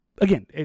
Again